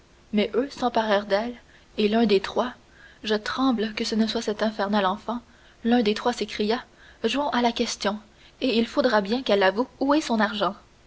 mais eux s'emparèrent d'elle et l'un des trois je tremble que ce ne soit cet infernal enfant l'un des trois s'écria jouons à la question et il faudra bien qu'elle avoue où est son argent